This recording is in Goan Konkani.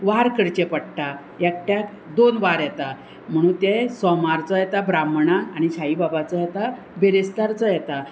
वार करचें पडटा एकट्याक दोन वार येता म्हणून ते सोमारचो येता ब्राम्हणां आनी शाईबाबाचो येता बिरेस्तारचो येता